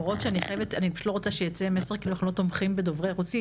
אני פשוט לא רוצה שיצא מסר כאילו אנחנו לא תומכים בדוברי רוסית,